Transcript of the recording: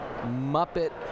Muppet